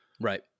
Right